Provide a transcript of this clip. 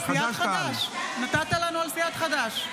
נתת על סיעת חד"ש.